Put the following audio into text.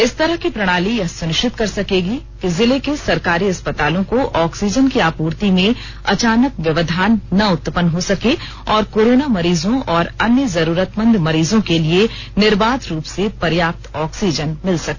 इस तरह की प्रणाली यह सुनिश्चित कर सकेगी कि जिले के सरकारी अस्पतालों को ऑक्सीजन की आपूर्ति में अचानक व्यवधान न उत्पन्न हो सके और कोरोना मरीजों और अन्य जरूरतमंद मरीजों के लिए निर्बाध रूप से पर्याप्त ऑक्सीजन मिल सके